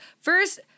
First